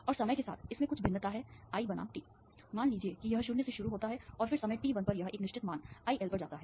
और समय के साथ इसमें कुछ भिन्नता है I बनाम t मान लीजिए कि यह 0 से शुरू होता है और फिर समय t 1 पर यह एक निश्चित मान IL पर जाता है